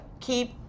Keep